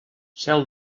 cel